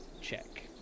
check